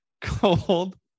Cold